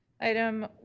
Item